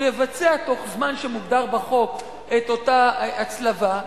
הוא יבצע בתוך זמן שמוגדר בחוק את אותה הצלבה,